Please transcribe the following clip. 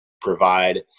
provide